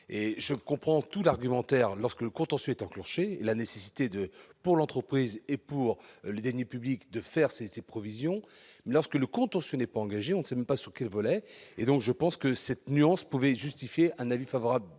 je comprends tout l'argumentaire lorsque le ensuite enclenché la nécessité de pour l'entreprise et pour les années public de faire ses ses provisions, mais lorsque le contentieux n'est pas engagé, on ne sait même pas ce que volet et donc je pense que cette nuance pouvait justifier un avis favorable